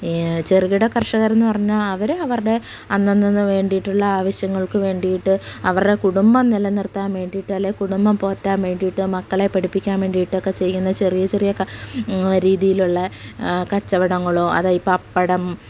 ചെറുകിട കർഷകർ എന്ന് പറഞ്ഞാൽ അവർ അവരുടെ അന്നന്ന് വേണ്ടിയിട്ടുള്ള ആവശ്യങ്ങൾക്ക് വേണ്ടിയിട്ട് അവരുടെ കുടുംബം നിലനിർത്താൻ വേണ്ടിയിട്ട് അല്ലേൽ കുടുംബം പോറ്റാൻ വേണ്ടിയിട്ട് മക്കളെ പഠിപ്പിക്കാൻ വേണ്ടിയിട്ടൊക്കെ ചെയ്യുന്ന ചെറിയ ചെറിയ രീതിയിലുള്ള കച്ചവടങ്ങളോ അതാണ് ഈ പപ്പടം